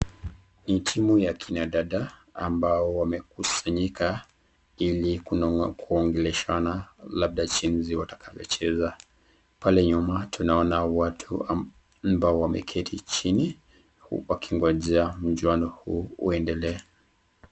Ni timu ya kina dada ambao wamekusanyika ili kunong'o kuongeleshana labda jinsi watakavyocheza. Pale nyuma tunaona watu ambao wameketi chini wakingojea mchuano huu uendelee.